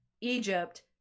egypt